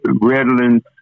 Redlands